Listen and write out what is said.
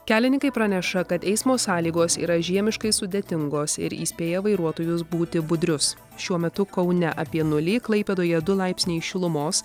kelininkai praneša kad eismo sąlygos yra žiemiškai sudėtingos ir įspėja vairuotojus būti budrius šiuo metu kaune apie nulį klaipėdoje du laipsniai šilumos